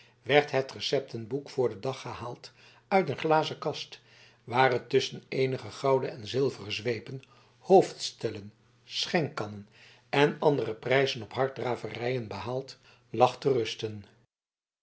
werd het receptenboek voor den dag gehaald uit een glazen kast waar het tusschen eenige gouden en zilveren zweepen hoofdstellen schenkkannen en andere prijzen op harddraverijen behaald lag te rusten